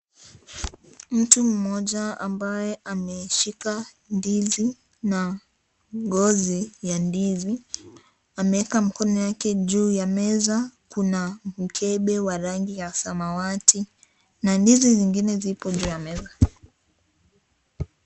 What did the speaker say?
Mtu mmoja ambaye amishika ndizi na ngozi ya ndizi. Ameka mkono yake juu ya meza, kuna mkebe, wa rangi ya samawati, na ndizi zingine zipo juu ya meza.